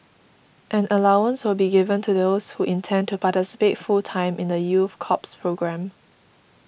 an allowance will be given to those who intend to participate full time in the youth corps programme